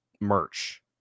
merch